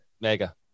Mega